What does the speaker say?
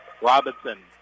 Robinson